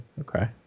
okay